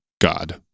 God